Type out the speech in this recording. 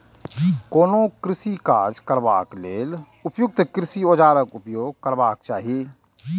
कोनो कृषि काज करबा लेल उपयुक्त कृषि औजारक उपयोग करबाक चाही